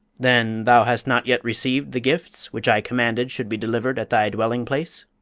then thou hast not yet received the gifts which i commanded should be delivered at thy dwelling-place?